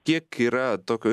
kiek yra tokio